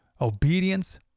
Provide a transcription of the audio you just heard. obedience